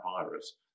virus